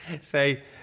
Say